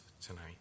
tonight